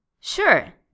Sure